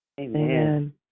Amen